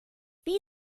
wie